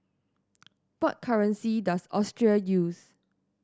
what currency does Austria use